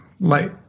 light